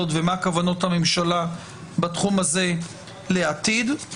ומה כוונות הממשלה בתחום הזה לעתיד.